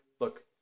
Look